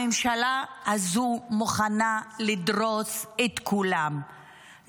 הממשלה הזאת מוכנה לדרוס את כולם,